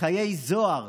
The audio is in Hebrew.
חיי זוהר